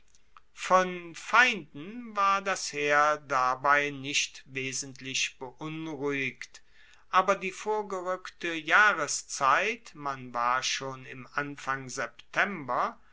von feinden ward das heer dabei nicht wesentlich beunruhigt aber die vorgerueckte jahreszeit man war schon im anfang september